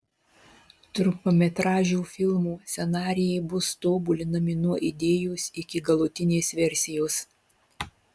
trumpametražių filmų scenarijai bus tobulinami nuo idėjos iki galutinės versijos